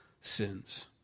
sins